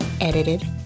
Edited